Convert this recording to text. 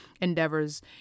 endeavors